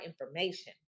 information